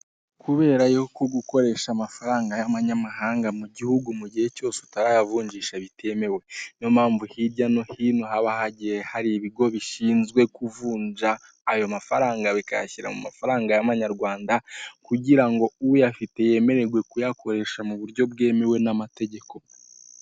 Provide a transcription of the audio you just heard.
Kubera yuko gukoresha amafaranga y'amanyamahanga mu gihugu mu gihe cyose utarayavunjisha bitemewe, ni yo mpamvu hirya no hino haba hagiye hari ibigo bishinzwe kuvunja ayo mafaranga, bikayashyira mu mafaranga y'amanyarwanda, kugira ngo uyafite yemewerwe kuyakoresha mu buryo bwemewe n'amategeko.